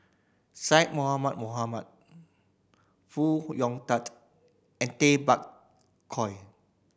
Syed Mohamed Mohamed Foo Hong Tatt and Tay Bak Koi